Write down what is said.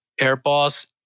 Airboss